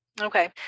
Okay